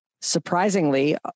surprisingly